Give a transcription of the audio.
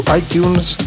iTunes